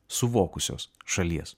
suvokusios šalies